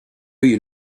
you